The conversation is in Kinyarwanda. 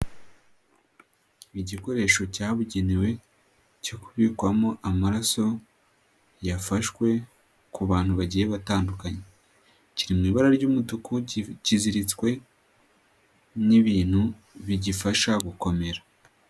Igikoresho cyabugenewe cyo kubikwamo amaraso, yafashwe ku bantu bagiye batandukanye. Kiri mu ibara ry'umutuku, kiziritswe n'ibintu bigifasha gukomera.